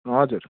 हजुर